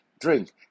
drink